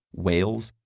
whales,